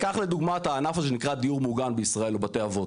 קח לדוגמה את הענף הזה שנקרא דיור מוגן בישראל או בתי אבות.